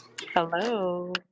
Hello